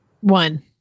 One